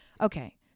Okay